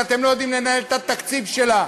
כי אתם לא יודעים לנהל את התקציב שלה.